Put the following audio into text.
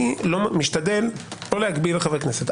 אני משתדל לא להגביל חברי כנסת.